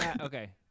Okay